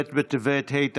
ב' בטבת התשפ"ב,